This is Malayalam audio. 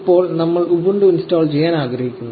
ഇപ്പോൾ നമ്മൾ ഉബുണ്ടു ഇൻസ്റ്റാൾ ചെയ്യാൻ ആഗ്രഹിക്കുന്നു